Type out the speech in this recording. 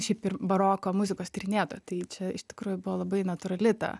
šiaip ir baroko muzikos tyrinėtoja tai čia iš tikrųjų buvo labai natūrali ta